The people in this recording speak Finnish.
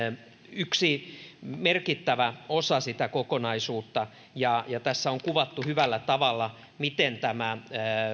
yksi merkittävä osa sitä kokonaisuutta ja tässä on kuvattu hyvällä tavalla miten tämä